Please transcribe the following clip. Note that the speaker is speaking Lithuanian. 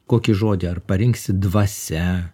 kokį žodį ar parinksi dvasia